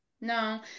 no